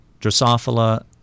Drosophila